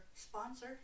sponsor